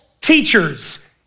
teachers